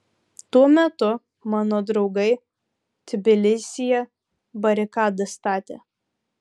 tuo metu mano draugai tbilisyje barikadas statė